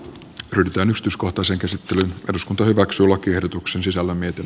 tritonustys kotoisen käsittelyn eduskunta hyväksyi lakiehdotuksen sisällä mietin